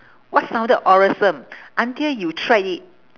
what sounded awesome until you tried it